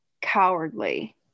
cowardly